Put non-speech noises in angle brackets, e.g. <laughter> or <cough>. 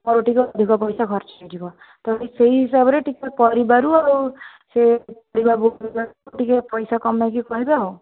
ମୋର ଟିକେ ଅଧିକ ପଇସା ଖର୍ଚ୍ଚ ହେଇଯିବ ତେଣୁ ସେଇ ହିସାବରେ ଟିକେ ପାରିବାରୁ ଆଉ ସେ <unintelligible> ଆଉ ଟିକେ ପଇସା କମେଇକି କହିବେ ଆଉ